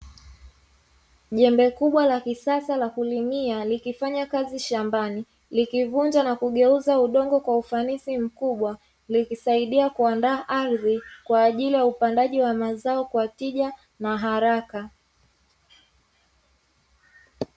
Jembe kubwa la kisasa la kulimia likifanya kazi shambani. Likivunja na kugeuza udongo kwa ufanisi mkubwa, likisaidia kuandaa ardhi kwaajili ya upandaji wa mazao kwa tija na haraka.